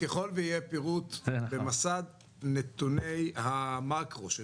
ככול ויהיה פירוט ומסד נתוני המאקרו שלכם,